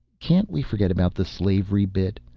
can't we forget about the slavery bit?